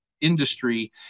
industry